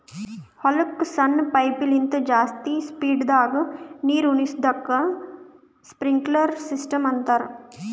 ಹೊಲಕ್ಕ್ ಸಣ್ಣ ಪೈಪಿನಿಂದ ಜಾಸ್ತಿ ಸ್ಪೀಡದಾಗ್ ನೀರುಣಿಸದಕ್ಕ್ ಸ್ಪ್ರಿನ್ಕ್ಲರ್ ಸಿಸ್ಟಮ್ ಅಂತಾರ್